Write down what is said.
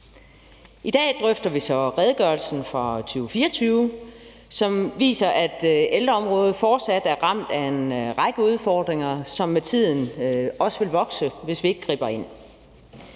i dag drøfter vi så redegørelsen for 2024, som viser, at ældreområdet fortsat er ramt af en række udfordringer, som med tiden også vil vokse, hvis vi ikke griber ind.